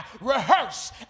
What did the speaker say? rehearse